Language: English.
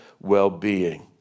well-being